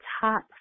top